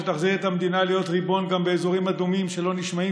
תחזיר את המדינה להיות ריבון גם באזורים אדומים שלא נשמעים